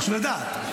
חשוב לדעת.